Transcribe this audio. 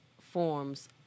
forms